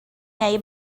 ngei